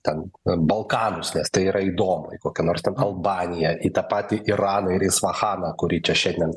ten balkanus nes tai yra įdomu į kokią nors ten albaniją į tą patį iraną ir isfahaną kurį čia šiandien